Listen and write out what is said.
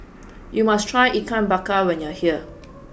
you must try ikan bakar when you are here